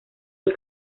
del